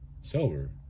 sober